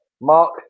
Mark